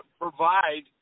provide